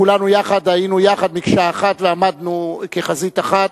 כולנו יחד היינו יחד, מקשה אחת, ועמדנו כחזית אחת,